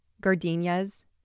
gardenias